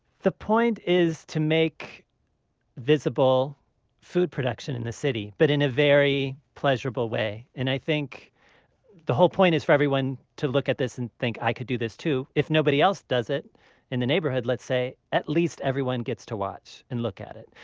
the point is to make visible food production in the city, but in a very pleasurable way. and i think the whole point is for everyone to look at this and think, i could do this too. if nobody else does it in the neighborhood, at least everyone gets to watch and look at it.